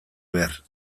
behar